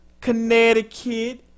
Connecticut